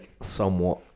somewhat